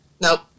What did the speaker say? nope